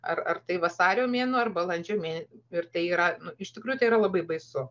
ar ar tai vasario mėnuo ar balandžio mė ir tai yra iš tikrųjų yra labai baisu